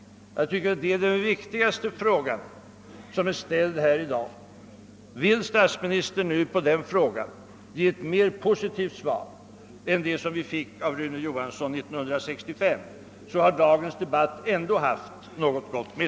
Jag tycker ati ået är den viktigaste fråga som ställts här i dag. Vill statsministern på den frågan ge ett mer positivt svar än det vi fick av Rune Johansson 1965, så har dagens debatt ändå haft något gott med